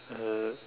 uh